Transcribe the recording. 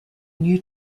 new